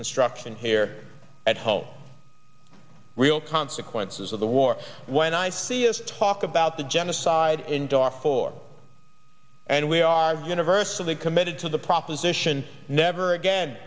instruction here at home real consequences of the war when i see is talk about the genocide in darfur and we are universally committed to the proposition never again